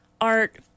art